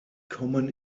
kommen